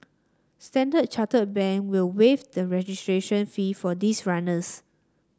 Standard Chartered Bank will waive the registration fee for these runners